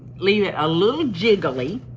leave it a little jiggly.